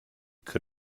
could